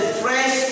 fresh